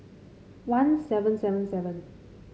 one seven seven seven